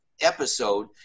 episode